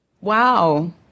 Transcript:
Wow